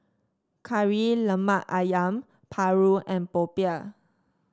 Kari Lemak ayam paru and popiah